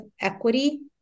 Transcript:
equity